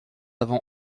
avant